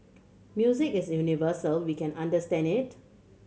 music is universal we can understand it